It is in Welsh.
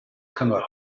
cyngor